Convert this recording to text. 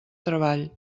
treball